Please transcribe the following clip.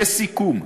לסיכום,